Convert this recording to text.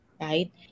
right